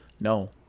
No